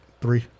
Three